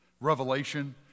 revelation